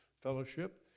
Fellowship